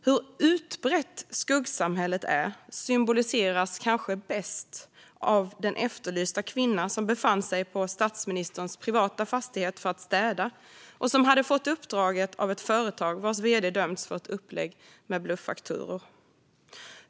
Hur utbrett skuggsamhället är symboliseras kanske bäst av den efterlysta kvinna som befann sig på statsministerns privata fastighet för att städa och som hade fått uppdraget av ett företag vars vd dömts för ett upplägg med bluffakturor.